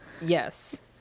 yes